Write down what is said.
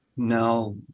Now